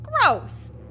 gross